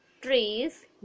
trees